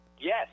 Yes